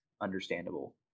understandable